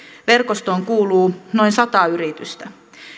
verkostoon kuuluu noin sata yritystä